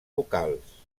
vocals